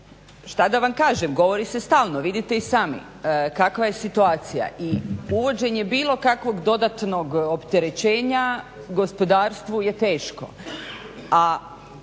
šta da vam kažem, govori se stalno. Vidite i sami kakva je situacija i uvođenje bilo kakvog dodatnog opterećenja gospodarstvu je teško,